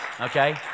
Okay